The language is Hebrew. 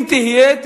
אם תהיה,